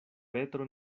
petro